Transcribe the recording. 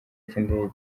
cy’indege